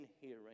hearing